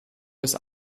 bis